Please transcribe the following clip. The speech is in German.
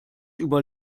selbst